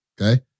okay